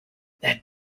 that